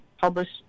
published